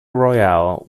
royal